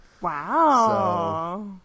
Wow